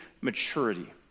maturity